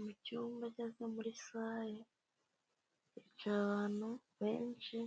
Mu cyumba cyangwa muri sare hicaye abantu benshi;